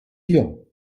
hier